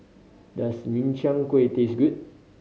does Min Chiang Kueh taste good